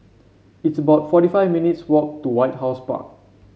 it's about forty five minutes' walk to White House Park